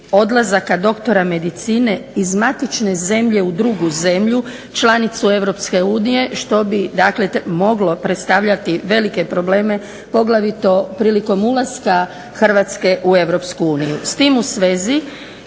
odlazaka doktora medicine iz matične zemlje u drugu zemlju, članicu Europske unije, što bi dakle moglo predstavljati velike probleme poglavito prilikom ulaska Hrvatske u Europsku uniju. S tim u svezi